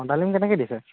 অঁ ডালিম কেনেকৈ দিছে